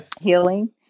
healing